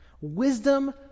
Wisdom